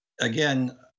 again